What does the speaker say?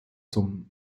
zum